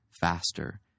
faster